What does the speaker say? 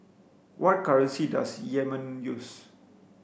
what currency does Yemen use